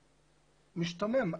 משתומם.